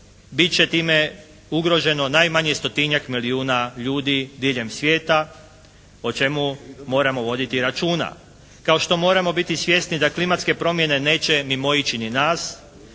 bit će time ugroženo najmanje 100-tinjak milijuna ljudi diljem svijeta o čemu moramo voditi računa. Kao što moramo biti svjesni da klimatske promjene neće mimoići i nas